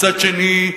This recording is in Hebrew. מצד שני,